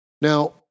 Now